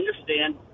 understand